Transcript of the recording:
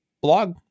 blog